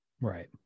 Right